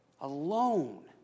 Alone